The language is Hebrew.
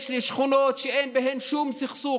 יש לי שכונות שאין בהן שום סכסוך,